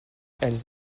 elles